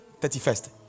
31st